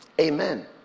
Amen